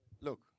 Look